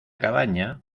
cabaña